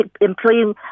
employing